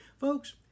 Folks